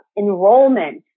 enrollment